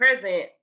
present